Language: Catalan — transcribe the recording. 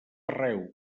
arreu